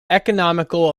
economical